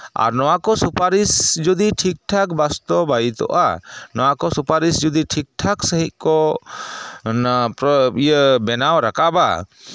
ᱟᱨ ᱱᱚᱣᱟᱠᱚ ᱥᱩᱯᱟᱨᱤᱥ ᱡᱩᱫᱤ ᱴᱷᱤᱠ ᱴᱷᱟᱠ ᱵᱟᱥᱛᱚᱵᱟᱭᱤᱛᱚᱜᱼᱟ ᱱᱚᱣᱟᱠᱚ ᱥᱩᱯᱟᱨᱤᱥ ᱡᱩᱫᱤ ᱴᱷᱤᱠ ᱴᱷᱟᱠ ᱥᱟᱺᱦᱤᱡ ᱠᱚ ᱵᱮᱱᱟᱣ ᱨᱟᱠᱟᱵᱟ